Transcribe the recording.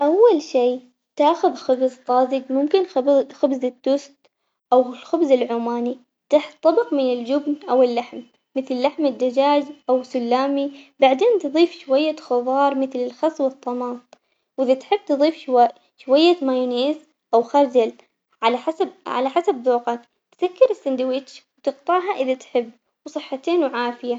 أول شي تأخذ خبز طازج ممكن خب- خبز التوست أو الخبز العماني، تحت طبق من الجبن أو اللحم مثل لحم الدجاج أو سلامي، بعدين تضيف شوية خضار مثل الخس والطماط، وإذا تحب تضيف شوا- شوية مايونيز أو خردل على حسب على حسب ذوقك، سكر الساندويتش وتقطعها إذا تحب وصحتين وعافية.